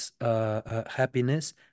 happiness